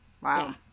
Wow